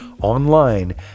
online